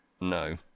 No